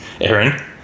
Aaron